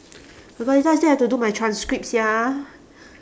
forgot later I still have to do my transcript sia